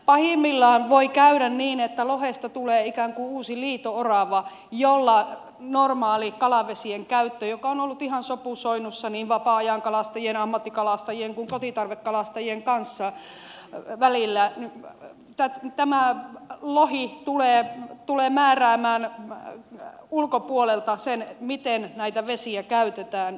pahimmillaan voi käydä niin että lohesta tulee ikään kuin uusi liito orava jolloin kun nyt normaali kalavesien käyttö on ollut ihan sopusoinnussa niin vapaa ajankalastajien ammattikalastajien kuin kotitarvekalastajien välillä tämä lohi tulee määräämään ulkopuolelta sen miten näitä vesiä käytetään